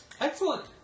Excellent